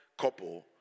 couple